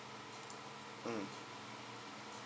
mm